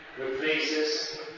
Replaces